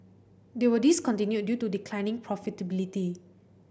they were discontinued due to declining profitability